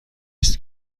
است